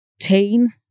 teen